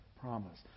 promise